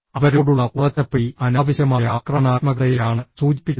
അവരോടുള്ള ഉറച്ച പിടി അനാവശ്യമായ ആക്രമണാത്മകതയെയാണ് സൂചിപ്പിക്കുന്നത്